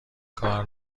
کار